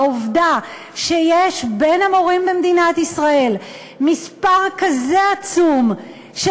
והעובדה שיש בין המורים במדינת ישראל מספר כזה עצום של